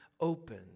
open